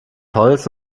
holz